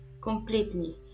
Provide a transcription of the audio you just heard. completely